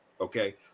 Okay